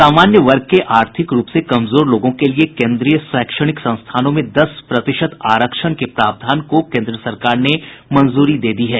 सामान्य वर्ग के आर्थिक रूप से कमजोर लोगों के लिए केन्द्रीय शैक्षणिक संस्थानों में दस प्रतिशत आरक्षण के प्रावधान को केन्द्र सरकार ने मंजूरी दे दी है